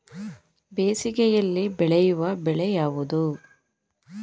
ಬೇಸಿಗೆಯಲ್ಲಿ ಬೆಳೆಯುವ ಬೆಳೆ ಯಾವುದು?